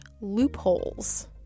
loopholes